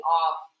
off